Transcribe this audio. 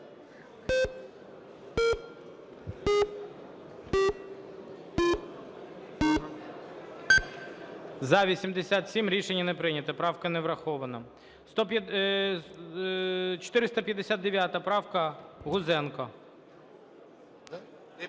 За-87 Рішення не прийнято. Правка не врахована. 459 правка, Гузенко.